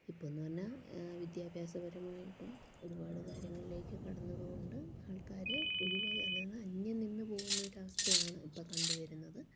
ഇപ്പം എന്ന് പറഞ്ഞാൽ വിദ്യാഭ്യാസപരമായിട്ടും ഒരുപാട് കാര്യങ്ങളിലേക്ക് കടന്നതുകൊണ്ട് ആൾക്കാർ ഒഴിവാകാൻ അതായത് അന്യം നിന്ന് പോകുന്ന ഒരു അവസ്ഥയാണ് ഇപ്പം കണ്ടു വരുന്നത്